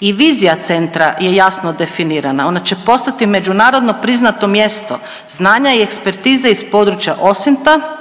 I vizija centra je jasno definirana, ona će postati međunarodno priznato mjesto znanja i ekspertize iz područja OSINT-a